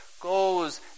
goes